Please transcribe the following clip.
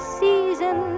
season